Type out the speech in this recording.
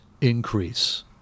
increase